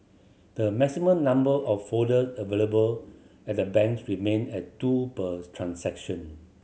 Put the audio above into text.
the maximum number of folders available at the banks remain at two per transaction